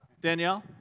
Danielle